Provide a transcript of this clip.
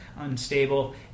unstable